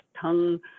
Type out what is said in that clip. tongue